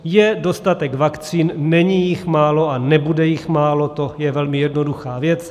Je dostatek vakcín, není jich málo a nebude jich málo, to je velmi jednoduchá věc.